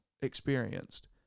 experienced